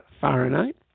Fahrenheit